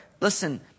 listen